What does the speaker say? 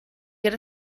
get